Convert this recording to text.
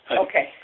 Okay